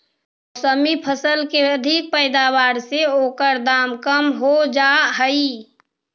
मौसमी फसल के अधिक पैदावार से ओकर दाम कम हो जाऽ हइ